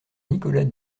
nicolas